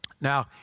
Now